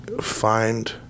find